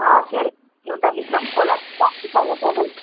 भित्र पनि खोला छ दामी छ अरे हौ त्यहाँ पनि